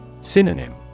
Synonym